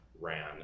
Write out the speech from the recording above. ran